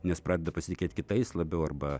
nes pradeda pasitikėt kitais labiau arba